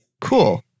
Cool